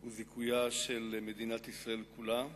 הוא זיכויה של מדינת ישראל כולה.